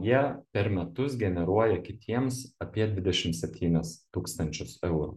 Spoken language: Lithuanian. jie per metus generuoja kitiems apie dvidešim septynis tūkstančius eurų